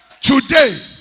Today